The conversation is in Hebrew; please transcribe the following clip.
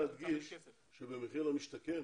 להדגיש שבמחיר למשתכן